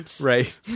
Right